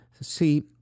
See